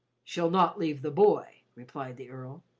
she'll not leave the boy, replied the earl.